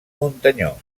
muntanyós